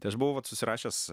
tai aš buvau vat susirašęs